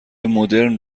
مدرن